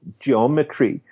geometry